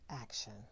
action